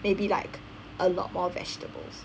maybe like a lot more vegetables